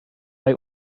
bei